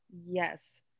yes